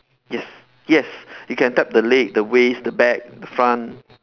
yes yes you can tap the leg the waist the back the front